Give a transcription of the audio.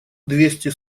двести